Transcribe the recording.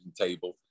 table